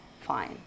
fine